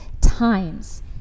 times